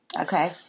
Okay